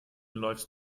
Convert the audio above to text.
läufst